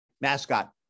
Mascot